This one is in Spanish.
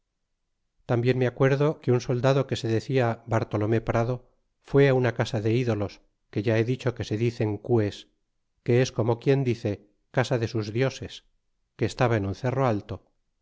tambien me acuerdo que un soldado que se decia bartolome prado fué una casa de ídolos que ya he dicho que se dicen cues que es como quien dice casa de sus dioses que estaba en un cerro alto